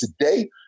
today